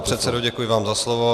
Pane předsedo, děkuji vám za slovo.